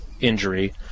injury